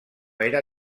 era